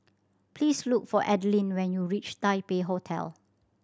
please look for Adeline when you reach Taipei Hotel